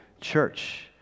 church